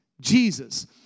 Jesus